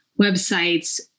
websites